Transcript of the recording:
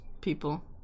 People